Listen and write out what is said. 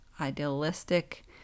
idealistic